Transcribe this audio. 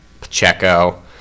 Pacheco